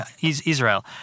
Israel